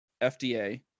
fda